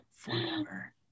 Forever